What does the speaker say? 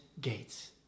gates